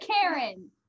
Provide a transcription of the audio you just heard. Karen